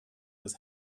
was